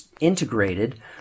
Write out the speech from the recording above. integrated